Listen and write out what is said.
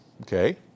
Okay